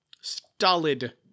Stolid